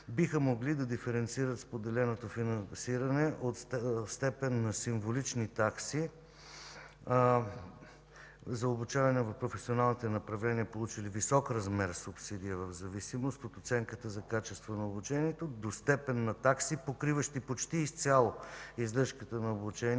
биха могли да диференцират споделеното финансиране в степен на символични такси за обучаване в професионалните направления, получили висок размер субсидия в зависимост от оценката за качество на обучението, до степен на такси, покриващи почти изцяло издръжката на обучението